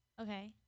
Okay